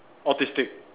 autistic